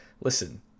Listen